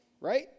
right